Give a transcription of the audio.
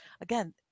Again